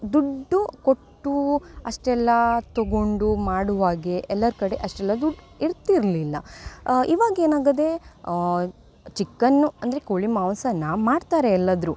ದುಡ್ಡು ಕೊಟ್ಟು ಅಷ್ಟೆಲ್ಲ ತೊಗೊಂಡು ಮಾಡುವಾಗ ಎಲ್ಲರ ಕಡೆ ಅಷ್ಟೆಲ್ಲ ದುಡ್ಡು ಇರ್ತಿರಲಿಲ್ಲ ಇವಾಗ ಏನಾಗಿದೆ ಚಿಕ್ಕನ್ನು ಅಂದರೆ ಕೋಳಿ ಮಾಂಸನ ಮಾಡ್ತಾರೆ ಎಲ್ಲದ್ರು